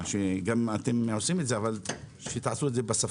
אתם עושים את זה, אבל תעשו את זה בשפה